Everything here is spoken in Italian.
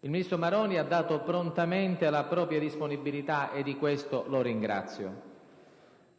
Il ministro Maroni ha dato prontamente la propria disponibilità e, di questo, lo ringrazio.